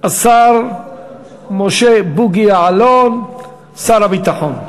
השר משה בוגי יעלון, שר הביטחון.